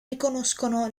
riconoscono